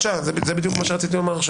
בית משפט מכריע בעניינים משפטיים רק על סמך